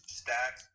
stack